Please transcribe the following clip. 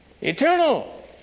Eternal